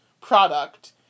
product